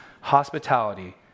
hospitality